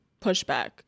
pushback